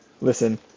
Listen